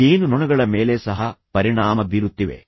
ಜೇನುನೊಣಗಳ ಮೇಲೆ ಸಹ ಪರಿಣಾಮ ಬೀರುತ್ತಿವೆ